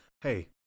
Hey